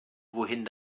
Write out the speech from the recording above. wohin